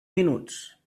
minuts